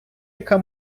яка